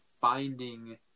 finding